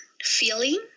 feeling